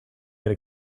get